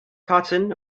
cotton